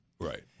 Right